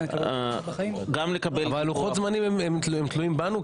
גם לקבל --- לוחות הזמנים תלויים בנו?